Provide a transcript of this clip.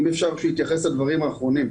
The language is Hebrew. אם אפשר שהוא יתייחס לדברים האחרונים.